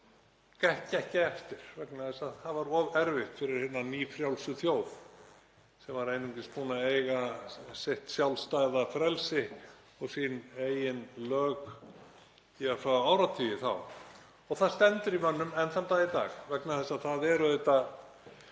gekk ekki eftir vegna þess að það var of erfitt fyrir hina nýfrjálsu þjóð sem var einungis búin að eiga sitt sjálfstæða frelsi og sín eigin lög í örfáa áratugi. Og það stendur í mönnum enn þann dag í dag vegna þess að það er